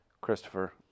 Christopher